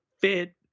fit